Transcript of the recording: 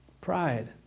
Pride